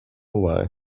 why